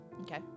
Okay